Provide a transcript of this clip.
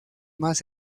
más